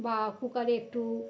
বা কুকারে একটু